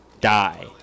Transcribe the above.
die